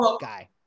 guy